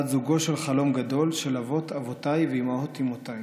בת זוגו של חלום גדול של אבות אבותיי ואימהות אימהותיי".